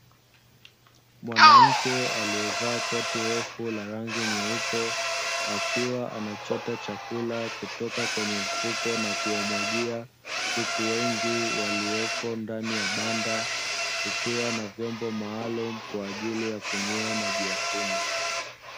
Mwanamke aliyevaa koti refu la rangi nyeupe, akiwa anachota chakula kutoka kwenye mfuko na kuwamwagia kuku wengi walioko ndani ya banda; kukiwa na vyombo maalumu kwa ajili ya kunywea maji ya kunywa.